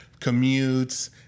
commutes